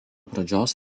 pradžios